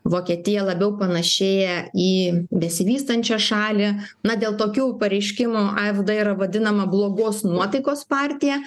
vokietija labiau panašėja į besivystančią šalį na dėl tokių pareiškimų afd yra vadinama blogos nuotaikos partija